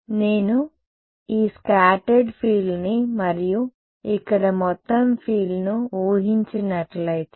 నేను ఈ స్కాటర్డ్ ఫీల్డ్ని మరియు ఇక్కడ మొత్తం ఫీల్డ్ను ఊహించినట్లయితే